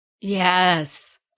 Yes